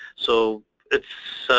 so it's